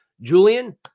Julian